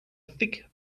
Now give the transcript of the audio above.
thick